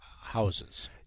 houses